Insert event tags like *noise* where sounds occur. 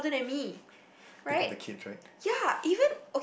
*laughs* then come the kids right *laughs*